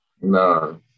no